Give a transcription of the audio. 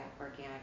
organic